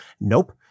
Nope